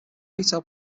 retail